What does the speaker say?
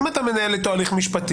אם אתה מנהל איתו הליך משפטי,